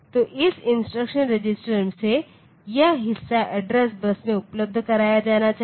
तो इस instruction register से यह हिस्सा एड्रेस बस में उपलब्ध कराया जाना चाहिए